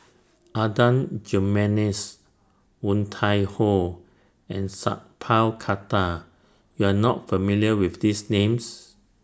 Adan Jimenez Woon Tai Ho and Sat Pal Khattar YOU Are not familiar with These Names